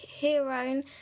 heroine